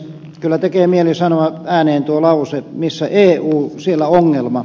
kyllä tekee mieli sanoa ääneen tuo lause missä eu siellä ongelma